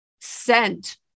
scent